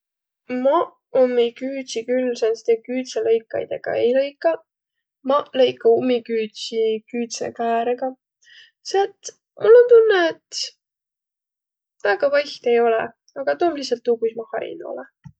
Maq ummi küüdsi küll sääntside küüdselõikajidõga ei lõikaq. Maq lõika ummi küüdsi küüdsekääregaq, selle et mul om tunnõ, et väega vaiht ei olõ, agaq tuu om lihtsalt tuu, kuis ma harinu olõ.